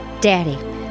Daddy